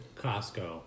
Costco